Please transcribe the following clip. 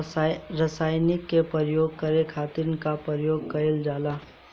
रसायनिक के प्रयोग करे खातिर का उपयोग कईल जाला?